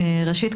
ראשית,